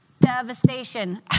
devastation